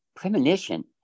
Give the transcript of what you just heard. Premonition